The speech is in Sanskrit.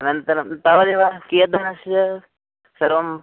अनन्तरं तावदेव कियद्धनस्य सर्वम्